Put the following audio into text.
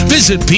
Visit